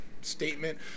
statement